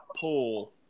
pull